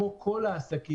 כמו כל העסקים,